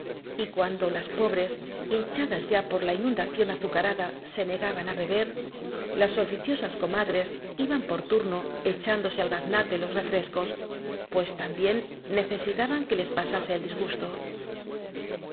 y cuando las pobres hincha das ya por la inundación azucarada se negaban á beber las oficiosas comadres iban por turno echándose al gaznate los refrescos pues tam bién necesitaban que les pasase el disgusto